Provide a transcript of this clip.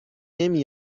نمی